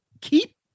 keep